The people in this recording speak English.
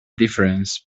difference